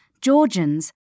Georgians